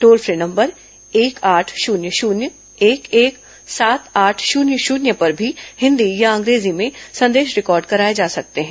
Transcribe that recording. toll free number एक आठ शून्य शून्य एक एक सात आठ शून्य शून्य पर भी हिन्दी या अंग्रेजी में संदेश रिकॉर्ड कराये जा सकते हैं